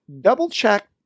double-check